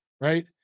right